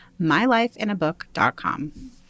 MyLifeInABook.com